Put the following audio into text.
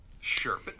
Sure